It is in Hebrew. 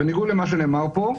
בניגוד למה שנאמר פה,